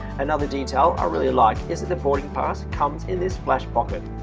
another detail i really like is that the boarding pass comes in this flash pocket.